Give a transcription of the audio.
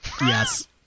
Yes